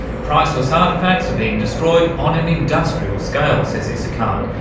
priceless artefacts are being destroyed on an industrial scale, says isakhan,